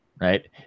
right